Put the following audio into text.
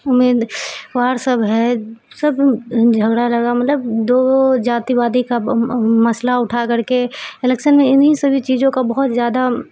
امید وار سب ہے سب جھگڑا لگا مطلب دو جاتی وادی کا مسئلہ اٹھا کر کے الیکسن میں انہیں سبھی چیزوں کا بہت زیادہ